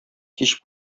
кич